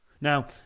Now